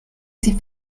sie